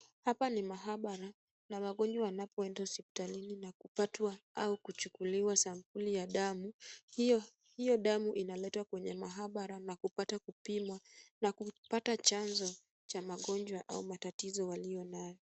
Hapa ni maabara na magonjwa wanapoenda hospitalini na kupatwa au kuchukuliwa sampuli ya damu. Hiyo damu inaletwa kwenye maabara na kupata kupimwa na kupata chanzo cha magonjwa au matatizo waliyonayo.